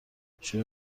شروع